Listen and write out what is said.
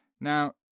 Now